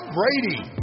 Brady